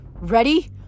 Ready